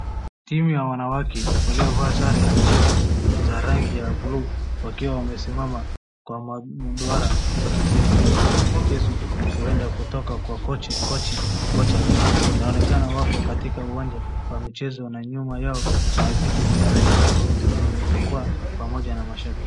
Timu ya wanawake ilitovaa sare ya mchezo za rangi ya buluu wakiwa wamesimama kwa madura wakisikiliza maelezo, huenda kutoka kwa kocha, inaonekana wako katika uwanja wa michezo n nyuma yao kuna viti vya rangi tofauti kwenye jukwaa pamoja na mashabiki.